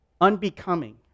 unbecoming